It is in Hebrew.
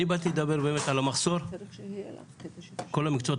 אני באתי לדבר באמת על המחסור בכל המקצועות